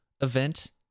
event